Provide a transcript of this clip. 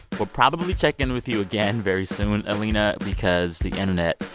we'll probably check in with you again very soon, alina, because the internet,